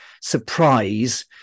surprise